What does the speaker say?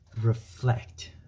reflect